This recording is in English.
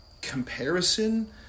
comparison